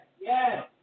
yes